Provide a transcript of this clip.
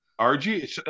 RG